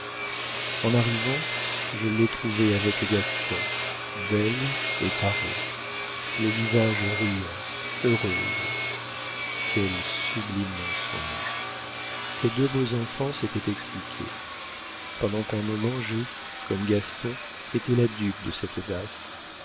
en arrivant je l'ai trouvée avec gaston belle et parée le visage riant heureuse quel sublime mensonge ces deux beaux enfants s'étaient expliqués pendant un moment j'ai comme gaston été la dupe de cette audace